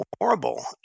horrible